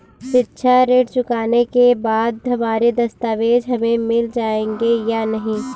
शिक्षा ऋण चुकाने के बाद हमारे दस्तावेज हमें मिल जाएंगे या नहीं?